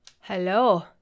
Hello